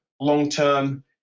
long-term